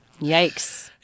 Yikes